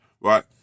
right